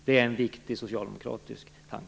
Det är en viktig socialdemokratisk tanke.